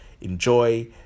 Enjoy